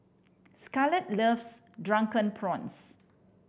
Scarlet loves Drunken Prawns